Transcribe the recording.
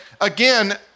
again